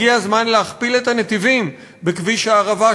הגיע הזמן להכפיל את הנתיבים בכביש הערבה,